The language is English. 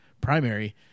primary